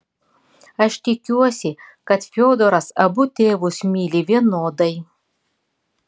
aš tikiuosi kad fiodoras abu tėvus myli vienodai